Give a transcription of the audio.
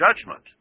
judgment